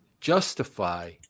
justify